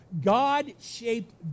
God-shaped